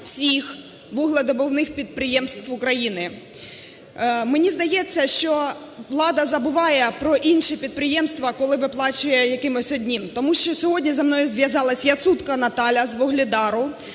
всіх вугледобувних підприємств України. Мені здається, що влада забуває про інші підприємства, коли виплачує якимсь одним. Тому що сьогодні зі мною зв'язалася Яцутка Наталія з Вугледара